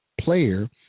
player